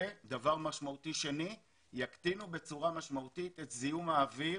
וגם יקטינו בצורה משמעותית את זיהום האוויר